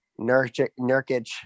Nurkic